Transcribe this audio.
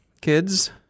kids